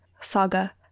saga